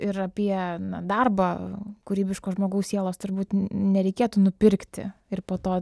ir apie na darbą kūrybiško žmogaus sielos turbūt nereikėtų nupirkti ir po to